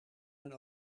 mijn